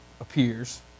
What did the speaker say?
appears